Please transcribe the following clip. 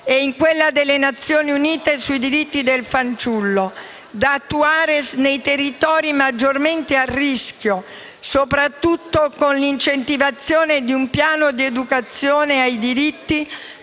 e in quella delle Nazioni Unite sui diritti dell'infanzia, da attuare nei territori maggiormente a rischio, soprattutto con l'incentivazione di un piano di educazione ai diritti